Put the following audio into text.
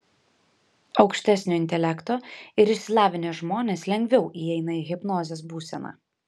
aukštesnio intelekto ir išsilavinę žmonės lengviau įeina į hipnozės būseną